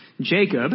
Jacob